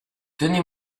donnez